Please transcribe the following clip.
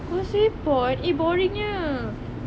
causeway point eh boring nya